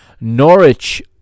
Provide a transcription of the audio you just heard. Norwich